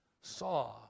saw